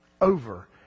Over